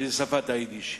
שהיא שפת היידיש.